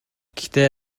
гэхдээ